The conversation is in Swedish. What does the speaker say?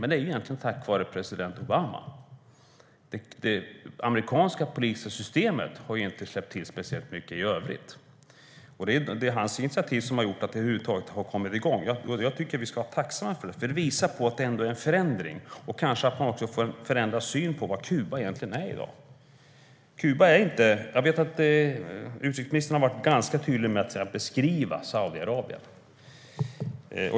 Men det är egentligen tack vare president Obama. Det amerikanska politiska systemet har inte släppt till speciellt mycket i övrigt. Det är hans initiativ som har gjort att det över huvud taget har kommit igång. Jag tycker att vi ska vara tacksamma för det. Det visar på att det ändå är en förändring. Kanske får man också en förändrad syn på vad Kuba är i dag. Jag vet att utrikesministern har varit ganska tydlig med att beskriva Saudiarabien.